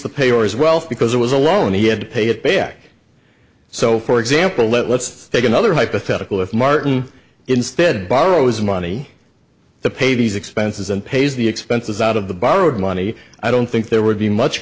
the pay or his wealth because it was a loan he had to pay it back so for example let's take another hypothetical if martin instead borrows money to pay these expenses and pays the expenses out of the borrowed money i don't think there would be much